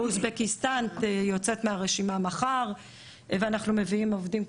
אוזבקיסטן יוצאת מהרשימה מחר ואנחנו מביאים עובדים ועובדות,